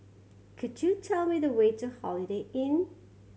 could you tell me the way to Holiday Inn